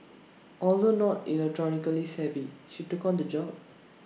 although not electronically savvy she took on the job